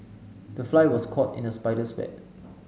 the fly was caught in the spider's web